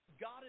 God